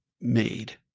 made